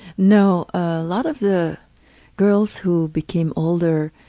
no. a lot of the girls who became older